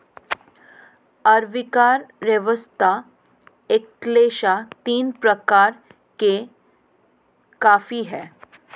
arabica robusta excelsa तीन प्रकार के कॉफी हैं